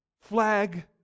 flag